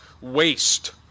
waste